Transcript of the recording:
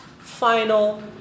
final